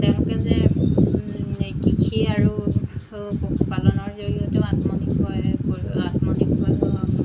তেওঁলোকে যে এই কৃষি আৰু পশুপালনৰ জৰিয়তেও আত্মবিষয় আত্মনিয়োগ